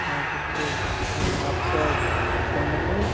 आदित्य आपका phone number